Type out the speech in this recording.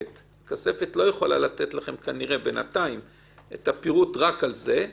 הכספת לא יכולה לתת לכם את הפירוט רק על זה.